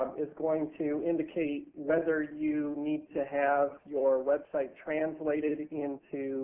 is going to indicate whether you need to have your website translated into